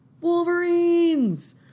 Wolverines